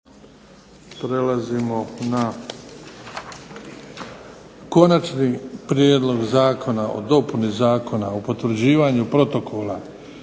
raspravio je Prijedlog zakona o dopuni Zakona o potvrđivanju Protokola